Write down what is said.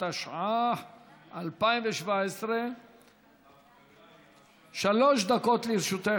התשע"ח 2017. שלוש דקות לרשותך,